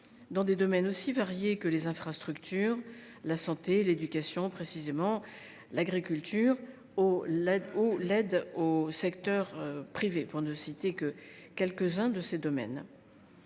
dans des domaines aussi variés que les infrastructures, la santé, l’éducation, l’agriculture ou l’aide au secteur privé, pour n’en citer que quelques uns. Les crédits